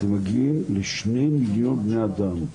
אתם מגיעים ל-2 מיליון בני-האדם,